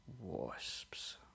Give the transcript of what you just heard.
wasps